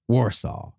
Warsaw